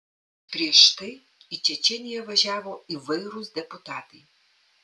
prieš tai į čečėniją važiavo įvairūs deputatai